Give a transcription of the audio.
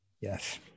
Yes